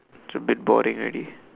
it's a bit boring already